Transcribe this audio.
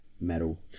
metal